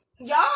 Y'all